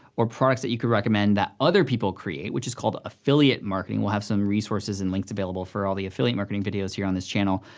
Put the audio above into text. or products you can recommend that other people create, which is called affiliate marketing, we'll have some resources and links available for all the affiliate marketing videos here on this channel,